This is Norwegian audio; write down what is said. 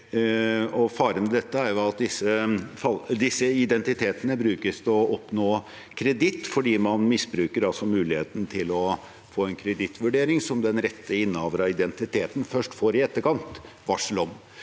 Faren ved dette er at disse identitetene brukes til å oppnå kreditt, fordi man misbruker muligheten til å få en kredittvurdering, som den rette innehaveren av identiteten først i etterkant får varsel om.